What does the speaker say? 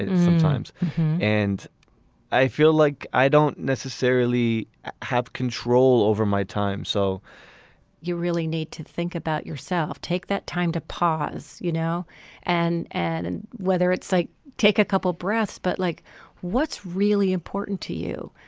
sometimes and i feel like i don't necessarily have control over my time so you really need to think about yourself take that time to pause you know and and and whether it's like take a couple breaths but like what's really important to you.